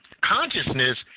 consciousness